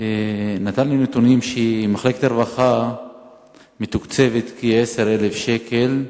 הראה לי נתונים שמחלקת הרווחה מתוקצבת בכ-10,000 שקלים,